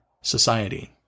Society